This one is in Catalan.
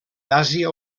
àsia